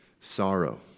sorrow